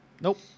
Nope